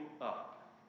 up